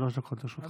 שלוש דקות לרשותך.